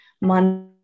money